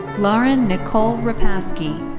lauren nicole repasky.